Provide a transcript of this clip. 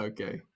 Okay